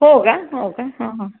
हो का हो का हां हां